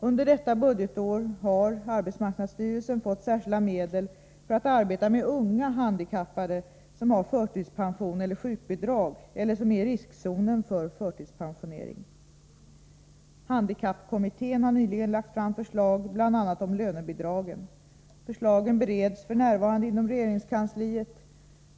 Under detta budgetår har arbetsmarknadsstyrelsen fått särskilda medel för att arbeta med unga handikappade som har förtidspension eller sjukbidrag eller som är i riskzonen för förtidspensionering. Handikappkommittén har nyligen lagt fram förslag bl.a. om lönebidragen. Förslagen bereds f.n. inom regeringskansliet.